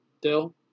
Dill